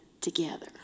together